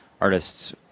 artists